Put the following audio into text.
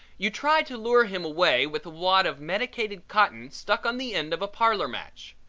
you try to lure him away with a wad of medicated cotton stuck on the end of a parlor match.